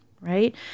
right